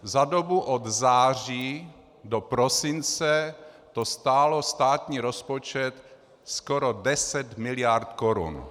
Za dobu od září do prosince to stálo státní rozpočet skoro 10 mld. korun.